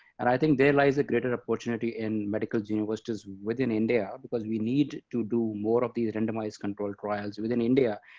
and i think there lies a greater opportunity in medical journals so within india, because we need to do more of these randomized controlled trials within india,